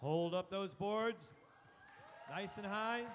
hold up those boards